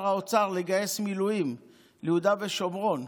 האוצר לגייס מילואים ליהודה ושומרון.